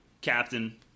captain